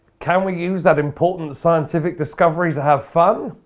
can we use that important scientific discovery to have fun?